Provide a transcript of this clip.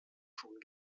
schon